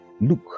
Look